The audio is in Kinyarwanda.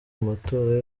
amatora